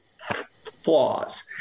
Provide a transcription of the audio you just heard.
flaws